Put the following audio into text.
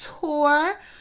tour